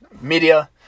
media